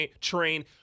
train